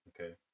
okay